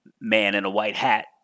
man-in-a-white-hat